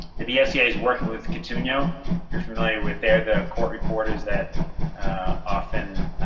the bsea is working with catuogno, if you're familiar with they're the court reporters that often